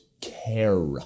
care